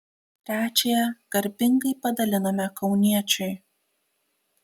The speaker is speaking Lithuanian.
trečiąją garbingai padalinome kauniečiui